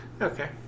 okay